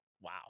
Wow